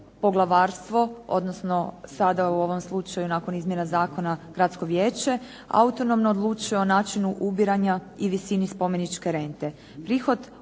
poglavarstvo, odnosno sada u ovom slučaju nakon izmjena zakona gradsko vijeće, autonomno odlučuje o načinu ubiranja i visini spomeničke rente.